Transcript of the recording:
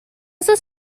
sus